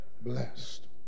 blessed